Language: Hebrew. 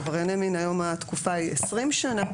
היום, לעברייני מין תקופת איסור העסקה היא 20 שנה,